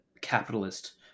capitalist